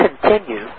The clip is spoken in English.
continue